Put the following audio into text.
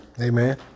Amen